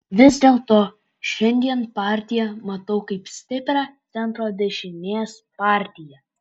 vis dėlto šiandien partiją matau kaip stiprią centro dešinės partiją